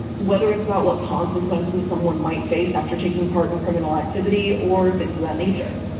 whether it's about what consequences someone might face after taking part in criminal activity or things of that nature.